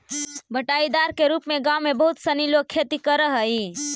बँटाईदार के रूप में गाँव में बहुत सनी लोग खेती करऽ हइ